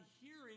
hearing